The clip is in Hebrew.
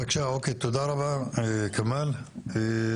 תודה רבה, כמאל.